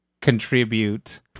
contribute